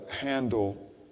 handle